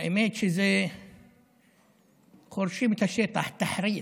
האמת שחורשים את השטח, תחרית',